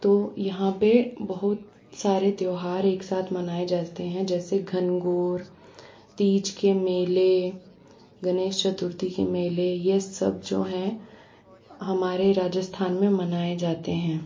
तो यहाँ पर बहुत सारे त्योहार एक साथ मनाए जाते हैं जैसे घनघोर तीज के मेले गणेश चतुर्थी के मेले यह सब जो हैं हमारे राजस्थान में मनाए जाते हैं